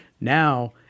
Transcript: Now